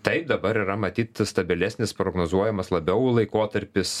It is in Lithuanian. taip dabar yra matyt stabilesnis prognozuojamas labiau laikotarpis